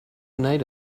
night